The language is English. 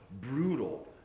brutal